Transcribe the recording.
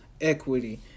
equity